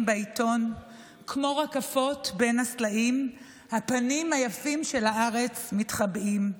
בעיתון / כמו רקפות בין הסלעים / הפנים היפים של הארץ מתחבאים.